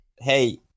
hey